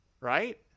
right